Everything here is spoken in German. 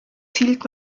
zielt